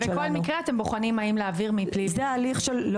וכל מקרה אתם בוחנים האם להעביר מבלי --- לא.